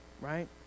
Right